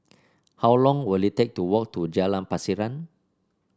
how long will it take to walk to Jalan Pasiran